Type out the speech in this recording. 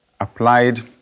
applied